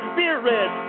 Spirit